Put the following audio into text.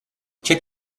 check